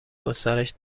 گسترش